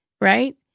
right